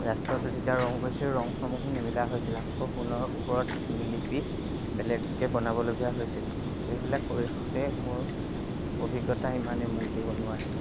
লাষ্টত যেতিয়া ৰং কৰিছিলো ৰঙসমূহো নিমিলা হৈছিলে আকৌ পুনৰ ওপৰত লেপি বেলেগকৈ বনাবলগীয়া হৈছিল এইবিলাক কৰি থাকোতেই মোৰ অভিজ্ঞতা ইমানেই মূৰ্তি বনোৱাৰ